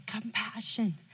compassion